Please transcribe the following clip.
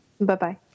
Bye-bye